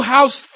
House